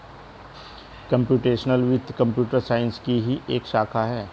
computational वित्त computer science की ही एक शाखा है